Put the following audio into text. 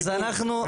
אז אנחנו,